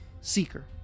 Seeker